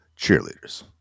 Cheerleaders